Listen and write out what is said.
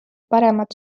paremat